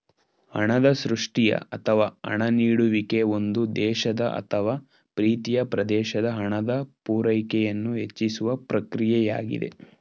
ಹಣದ ಸೃಷ್ಟಿಯ ಅಥವಾ ಹಣ ನೀಡುವಿಕೆ ಒಂದು ದೇಶದ ಅಥವಾ ಪ್ರೀತಿಯ ಪ್ರದೇಶದ ಹಣದ ಪೂರೈಕೆಯನ್ನು ಹೆಚ್ಚಿಸುವ ಪ್ರಕ್ರಿಯೆಯಾಗಿದೆ